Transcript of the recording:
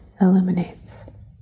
illuminates